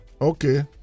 Okay